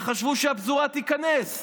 וחשבו שהפזורה תיכנס.